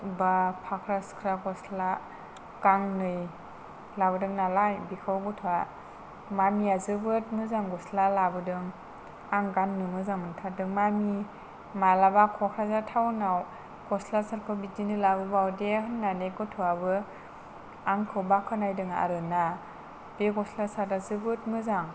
एबा फाख्रा सिख्रा गस्ला गांनै लाबोदों नालाय बिखौ गथ'आ मामि आ जोबोद मोजां गस्ला लाबोदों आं गाननो मोजां मोनथारदों मामि माब्लाबा क'क्राझार टाउनाव गस्ला सार्ट खौ बिदिनो लाबोबावदे होननानै गथ'आबो आंखौ बाखनायदों आरो ना बे गस्ला सार्ट आ जोबोद मोजां